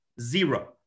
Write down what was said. zero